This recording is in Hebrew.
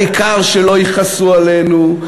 העיקר שלא יכעסו עלינו,